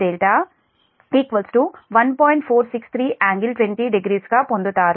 463∟200 గా పొందుతారు